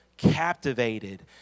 captivated